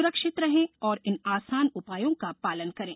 सुरक्षित रहें और इन आसान उपायों का पालन करें